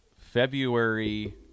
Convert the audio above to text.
February